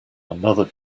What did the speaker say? another